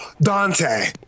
Dante